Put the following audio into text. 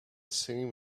seam